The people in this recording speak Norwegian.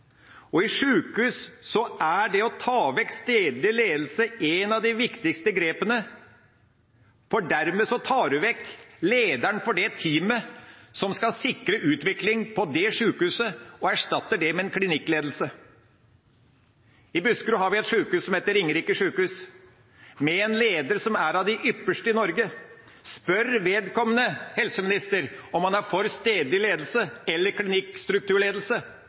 og i sjukehus er det å ta vekk stedlig ledelse et av de viktigste grepene, for dermed tar en vekk lederen for det teamet som skal sikre utvikling på det sjukehuset, og erstatter det med en klinikkledelse. I Buskerud har vi et sjukehus som heter Ringerike sykehus, med en leder som er av de ypperste i Norge. En kan spørre vedkommende om han er for stedlig ledelse eller klinikkstrukturledelse.